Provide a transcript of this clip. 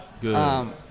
Good